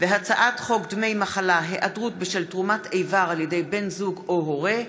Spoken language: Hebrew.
הצעת חוק דמי מחלה (היעדרות בשל תרומת איבר על ידי בן זוג או הורה)